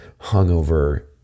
hungover